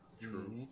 true